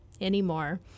anymore